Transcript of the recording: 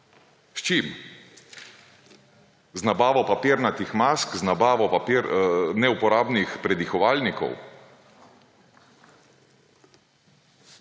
S čim? Z nabavo papirnatih mask? Z nabavo neuporabnih predihovalnikov?